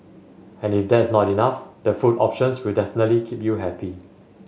and if that's not enough the food options will definitely keep you happy